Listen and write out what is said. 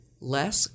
less